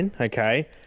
Okay